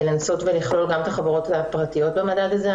לנסות ולכלול גם את החברות הפרטיות במדד הזה.